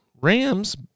Rams